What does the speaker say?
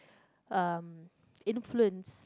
um influence